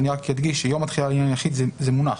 אני אדגיש שיום התחילה לעניין יחיד זה מונח,